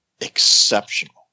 exceptional